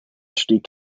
phd